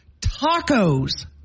tacos